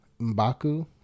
Mbaku